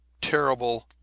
terrible